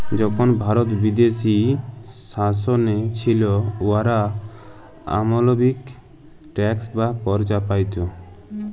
যখল ভারত বিদেশী শাসলে ছিল, উয়ারা অমালবিক ট্যাক্স বা কর চাপাইত